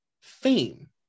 fame